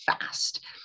fast